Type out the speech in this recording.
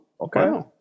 okay